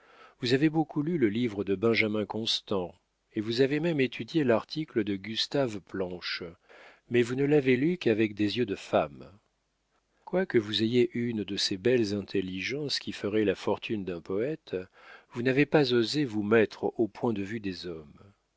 vous avez beaucoup lu le livre de benjamin constant et vous avez même étudié l'article de gustave planche mais vous ne l'avez lu qu'avec des yeux de femme quoique vous ayez une de ces belles intelligences qui ferait la fortune d'un poète vous n'avez pas osé vous mettre au point de vue des hommes